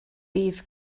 bydd